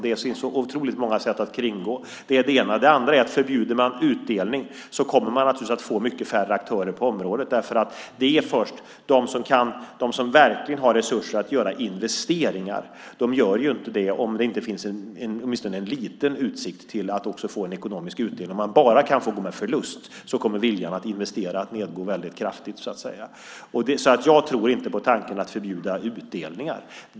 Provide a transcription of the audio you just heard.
Det finns otroligt många sätt att kringgå det. Det är det ena. Det andra är att om man förbjuder utdelning kommer man att få mycket färre aktörer på området. De som verkligen har resurser att göra investeringar gör inte det om det inte finns åtminstone en liten utsikt till ekonomisk utdelning. Om man bara kan få gå med förlust kommer viljan att investera att gå ned väldigt kraftigt. Jag tror inte på tanken att förbjuda utdelningar.